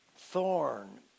Thorn